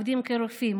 עובדים כרופאים,